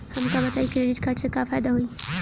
हमका बताई credit card से का फायदा होई?